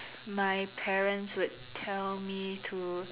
my parents would tell me to